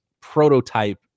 prototype